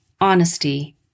honesty